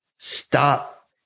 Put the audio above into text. Stop